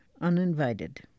uninvited